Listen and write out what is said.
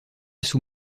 sous